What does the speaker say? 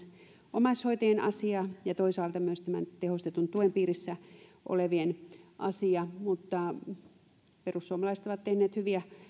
omaishoitajien asia ja toisaalta myös tämän tehostetun tuen piirissä olevien asia perussuomalaiset on tehnyt hyviä